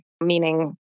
meaning